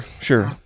sure